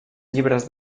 llibres